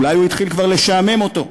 אולי הוא כבר התחיל לשעמם אותו.